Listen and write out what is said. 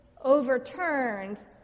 overturned